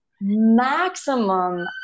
maximum